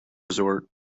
resort